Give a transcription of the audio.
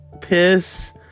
piss